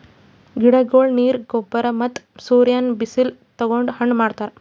ಗಿಡಗೊಳ್ ನೀರ್, ಗೊಬ್ಬರ್ ಮತ್ತ್ ಸೂರ್ಯನ್ ಬಿಸಿಲ್ ತಗೊಂಡ್ ಹಣ್ಣ್ ಬಿಡ್ತಾವ್